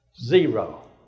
Zero